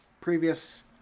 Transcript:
previous